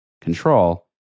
control